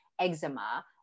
eczema